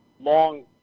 long